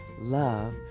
love